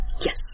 Yes